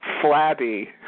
flabby